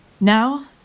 Now